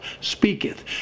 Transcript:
speaketh